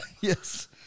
Yes